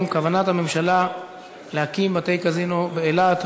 בנושא: כוונת הממשלה להקים בתי-קזינו באילת,